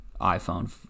iPhone